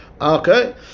Okay